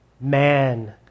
Man